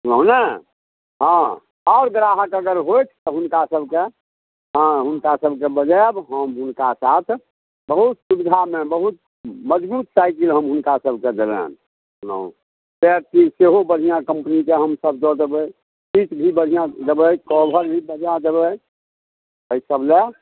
बुझलहुँ ने हँ आओर आओर जे अगर अहाँके अगर होथि तऽ हुनका सबके अहाँ हुनका सबकेँ बजायब हम हुनका साथ बहुत सुविधामे बहुत मजबुत साईकिल हम हुनका सबकेँ देबनि बुझलहुँ साईकिल सेहो बढ़िआँ कम्पनीके हमसब दऽ देबै सीट भी बढ़िआँ देबै कवर भी बढ़िआँ देबै अहि सबमे